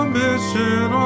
mission